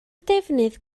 defnydd